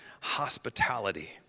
hospitality